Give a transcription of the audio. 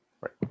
right